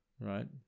right